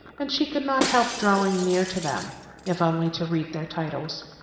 and she could not help drawing near to them if only to read their titles.